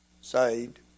saved